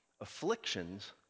Afflictions